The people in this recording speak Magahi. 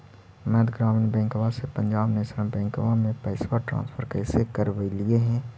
मध्य ग्रामीण बैंकवा से पंजाब नेशनल बैंकवा मे पैसवा ट्रांसफर कैसे करवैलीऐ हे?